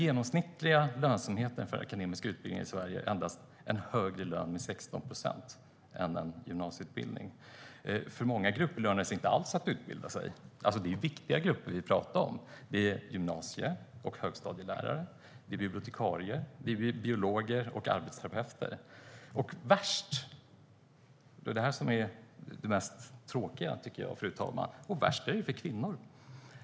En akademisk utbildning ger i genomsnitt endast 16 procent i högre lön än en gymnasieutbildning. För många grupper lönar det sig inte alls att utbilda sig. Det gäller viktiga grupper såsom högstadielärare, gymnasielärare, bibliotekarier, biologer och arbetsterapeuter. Tråkigt nog är det värst för kvinnor.